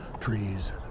Trees